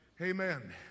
Amen